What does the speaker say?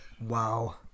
Wow